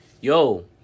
yo